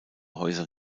häuser